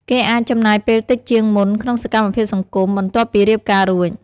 គេអាចចំណាយពេលតិចជាងមុនក្នុងសកម្មភាពសង្គម បន្ទាប់ពីរៀបការរួច។